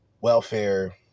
welfare